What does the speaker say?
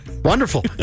Wonderful